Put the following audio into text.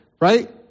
right